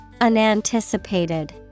Unanticipated